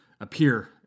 appear